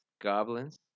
Goblins